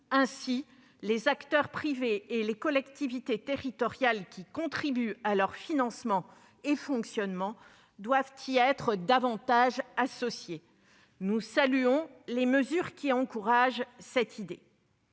Ainsi, les acteurs privés et les collectivités territoriales qui contribuent à leur financement et à leur fonctionnement doivent y être davantage associés. Nous saluons les mesures qui encouragent cette idée.